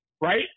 right